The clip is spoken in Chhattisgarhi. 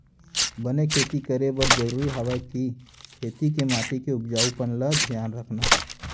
बने खेती करे बर जरूरी हवय कि खेत के माटी के उपजाऊपन ल धियान रखना